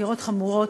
חקירות חמורות,